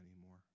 anymore